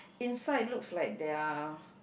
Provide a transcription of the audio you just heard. inside looks like they're